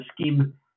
scheme